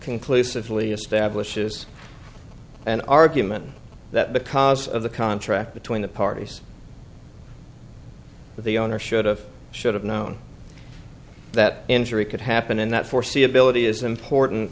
conclusively establishes an argument that because of the contract between the parties that the owner should have should have known that injury could happen and that foreseeability is important